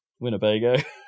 Winnebago